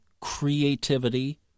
creativity